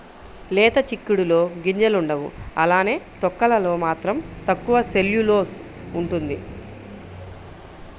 లేత చిక్కుడులో గింజలుండవు అలానే తొక్కలలో మాత్రం తక్కువ సెల్యులోస్ ఉంటుంది